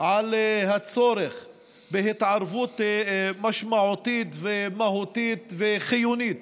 על הצורך בהתערבות משמעותית, מהותית וחיונית